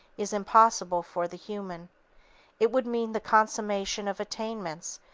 is impossible for the human it would mean the consummation of attainments,